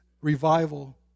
revival